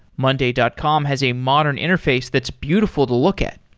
monday dot com has a modern interface that's beautiful to look at.